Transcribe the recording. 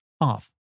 off